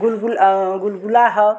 गुलगुल गुलगुला हो